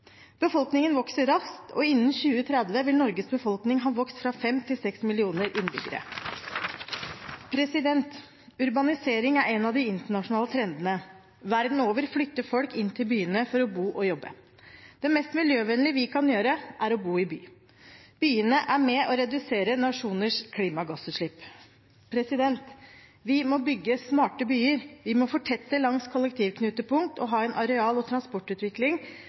Befolkningen vokser raskt, og innen 2030 vil Norges befolkning ha vokst fra fem millioner til seks millioner innbyggere. Urbanisering er en av de internasjonale trendene. Verden over flytter folk inn til byene for å bo og jobbe. Det mest miljøvennlige vi kan gjøre, er å bo i by. Byene er med på å redusere nasjoners klimagassutslipp. Vi må bygge smarte byer, vi må fortette langs kollektivknutepunkt og ha en areal- og transportutvikling